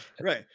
Right